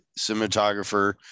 cinematographer